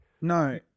No